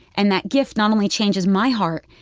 and that gift not only changes my heart,